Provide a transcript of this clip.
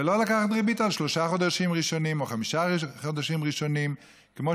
ולא לקחת ריבית על שלושה חודשים ראשונים או חמישה חודשים ראשונים.